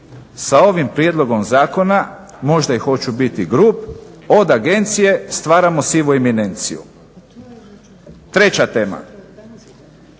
sa ovim prijedlogom zakona možda i hoću biti grub od agencije stvaramo sivu eminenciju. Treća tema.